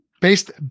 based